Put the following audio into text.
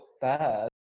third